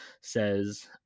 says